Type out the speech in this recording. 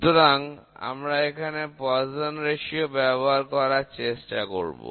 সুতরাং আমরা এখানে Poisson অনুপাত ব্যবহার করার চেষ্টা করব